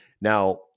Now